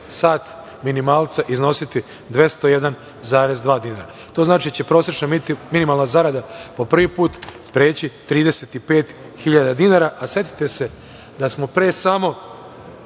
sat minimalca iznositi 201,2 dinara. To znači da će prosečna minimalna zarada po prvi put preći 35.000 dinara, a setite se da smo pre samo